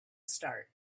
start